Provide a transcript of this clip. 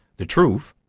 the truth,